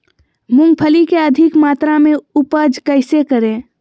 मूंगफली के अधिक मात्रा मे उपज कैसे करें?